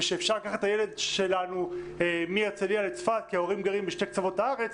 ושאפשר לקחת את הילד שלנו מהרצליה לצפת כי ההורים גרים בשני קצוות הארץ,